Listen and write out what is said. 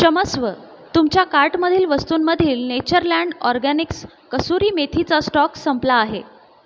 क्षमस्व तुमच्या कार्टमधील वस्तूंमधील नेचरलँड ऑर्गॅनिक्स कसुरी मेथीचा स्टॉक संपला आहे